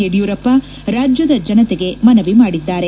ಯಡಿಯೂರಪ್ಪ ರಾಜ್ಯದ ಜನತೆಗೆ ಮನವಿ ಮಾಡಿದ್ದಾರೆ